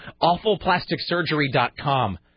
awfulplasticsurgery.com